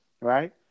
right